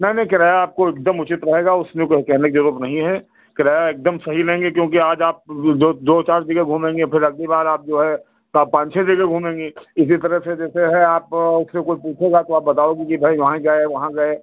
नहीं नहीं किराया आपको एक दम उचित रहेगा उसमें कोई कहने की ज़रूरत नहीं है किराया एक दम सही लेंगे क्योंकि आज आप दो दो चार जगह घूमेंगे फिर अगली बार आप जो है तो आप पाँच छः जगह घूमेंगी इसी तरह से जैसे है आप से कोई पूछेगा तो आप बताओगी कि भाई वहाँ गए वहाँ गए